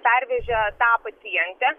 pervežė tą pacientę